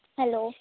hello